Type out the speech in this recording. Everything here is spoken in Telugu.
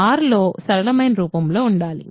R లో సరళమైన రూపంలో ఉండాలి